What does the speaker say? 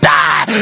die